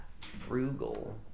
Frugal